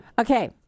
Okay